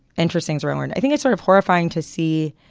interestings rosen i think it's sort of horrifying to see